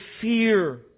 fear